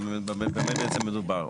במה בעצם מדובר.